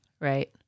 Right